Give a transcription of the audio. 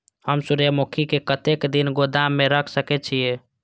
हम सूर्यमुखी के कतेक दिन गोदाम में रख सके छिए?